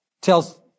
tells